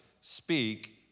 speak